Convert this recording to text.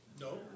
No